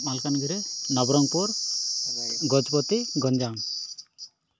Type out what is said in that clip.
Malkangiri Nabarangpur Gajapati Ganjam